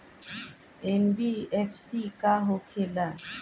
NBFC का होंखे ला?